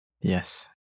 Yes